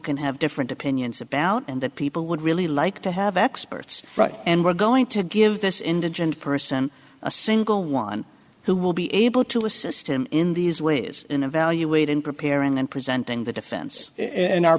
can have different opinions about and that people would really like to have experts and we're going to give this indigent person a single one who will be able to assist him in these ways in evaluating preparing and presenting the defense and our